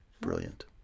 brilliant